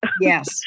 Yes